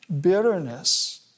bitterness